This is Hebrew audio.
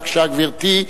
בבקשה, גברתי.